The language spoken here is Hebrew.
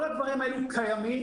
כל הדברים האלה קיימים,